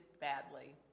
badly